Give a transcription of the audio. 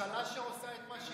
זו ממשלה שעושה את מה,